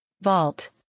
vault